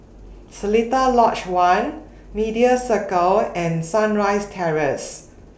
Seletar Lodge one Media Circle and Sunrise Terrace